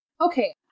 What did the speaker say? Okay